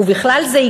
ובכלל זה היא